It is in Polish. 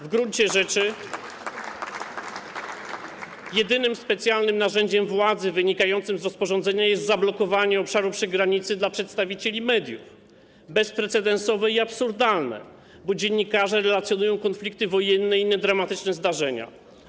W gruncie rzeczy jedynym specjalnym narzędziem władzy wynikającym z rozporządzenia jest zablokowanie obszaru przy granicy dla przedstawicieli mediów - bezprecedensowe i absurdalne, bo dziennikarze relacjonują konflikty wojenne i inne dramatyczne zdarzenia.